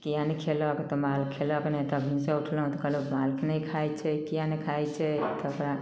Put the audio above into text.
किएक नहि खेलक तऽ माल खेलक नहि तऽ भिनसर उठलहुँ तऽ कहलहुँ घास नहि खाइ छै किएक नहि खाइ छै तऽ ओकरा